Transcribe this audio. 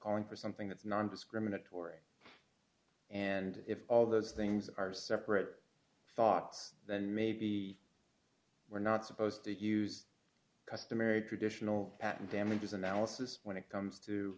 calling for something that's nondiscriminatory and if all those things are separate thoughts then maybe we're not supposed to use customary traditional patent damages analysis when it comes to